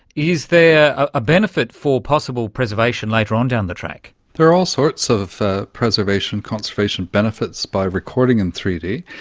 is there a benefit for possible preservation later on down the track? there are all sorts of ah preservation and conservation benefits by recording in three d.